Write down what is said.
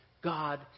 God